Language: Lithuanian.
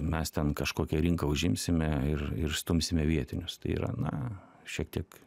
mes ten kažkokią rinką užimsime ir ir išstumsime vietinius tai yra na šiek tiek